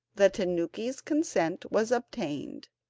the tanuki's consent was obtained,